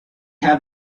have